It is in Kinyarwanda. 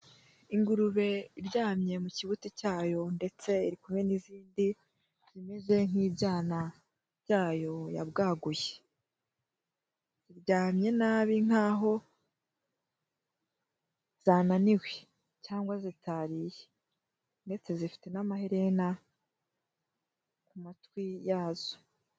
Ingurube iryamye mu kibuti cyayo ndetse iri kumwe n'izindi zimeze nk'ibyana byayo yabwaguye. Ziryamye nabi nkaho zananiwe cyangwa zitariye, ndetse zifite n'amaherena ku matwi yazo.